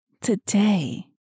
today